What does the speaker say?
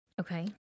Okay